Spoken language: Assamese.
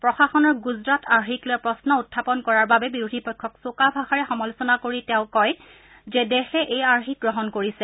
প্ৰশাসনৰ গুজৰাট আৰ্হিক লৈ প্ৰশ্ন উখাপন কৰাৰ বাবে বিৰোধী পক্ষক চোকা ভাষাৰে সমালোচনা কৰি তেওঁ কয় যে দেশে এই আৰ্হি গ্ৰহণ কৰিছে